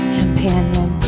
companion